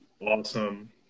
awesome